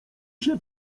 się